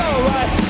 Alright